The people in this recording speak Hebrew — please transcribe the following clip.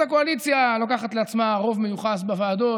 אז הקואליציה לוקחת לעצמה רוב מיוחס בוועדות,